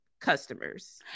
customers